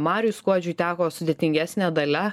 mariui skuodžiui teko sudėtingesnė dalia